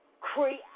create